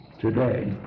today